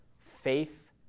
Faith